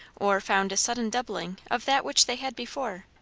or found a sudden doubling of that which they had before?